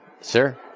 sir